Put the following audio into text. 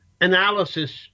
analysis